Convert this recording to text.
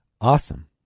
Awesome